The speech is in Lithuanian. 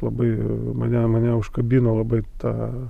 labai mane mane užkabino labai ta